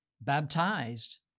baptized